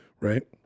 right